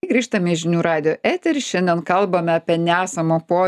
grįžtam į žinių radijo eterį šiandien kalbame apie nesamo po